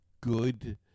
good